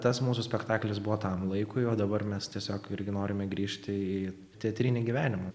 tas mūsų spektaklis buvo tam laikui o dabar mes tiesiog irgi norime grįžti į teatrinį gyvenimą